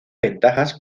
ventajas